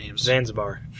Zanzibar